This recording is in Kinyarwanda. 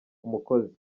umukozi